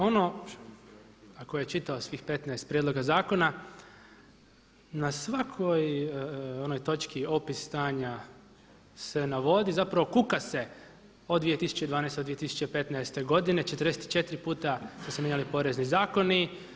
Ono, a tko je čitao svih 15 prijedloga zakona na svakoj onoj točki opis stanja se navodi zapravo kuka se o 2012. do 2015. godine 44 puta su se mijenjali porezni zakoni.